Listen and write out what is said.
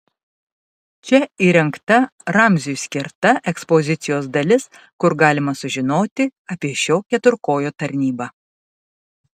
čia įrengta ramziui skirta ekspozicijos dalis kur galima sužinoti apie šio keturkojo tarnybą